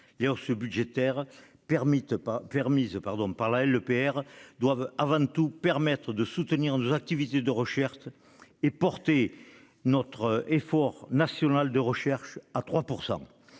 de budget prévues par la LPR doivent avant tout permettre de soutenir nos activités de recherche et de porter notre effort national de recherche à 3